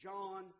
John